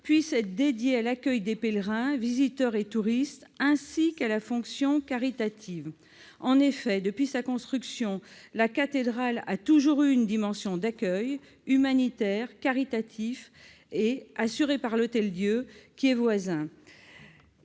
soit dédiée à l'accueil des pèlerins, visiteurs et touristes, ainsi qu'à la fonction caritative. En effet, depuis sa construction, la cathédrale a toujours eu une vocation d'accueil humanitaire et caritatif, assurée par l'Hôtel-Dieu voisin.